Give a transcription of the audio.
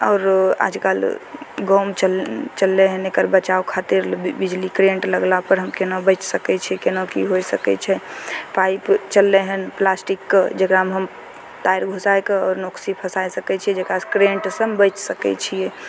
आओर आजकल गाँवमे चललै हन एकर बचाव खातिर बिजली करेंट लगलापर हम केना बचि सकय छी केना कि होइ सकय छै पाइप चललै हन प्लास्टिकके जकरामे हम तार घुसाके नोक्सी फसाय सकय छियै जकरासँ करेन्टसँ बचि सकय छियै